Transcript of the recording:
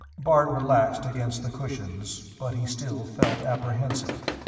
bart relaxed against the cushions, but he still felt apprehensive.